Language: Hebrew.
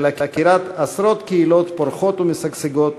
של עקירת עשרות קהילות פורחות ומשגשגות,